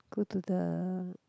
go to the